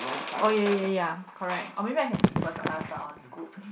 oh ya ya ya correct or maybe I can sit first class but on Scoot